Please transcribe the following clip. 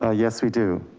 ah yes we do.